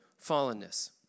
fallenness